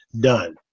done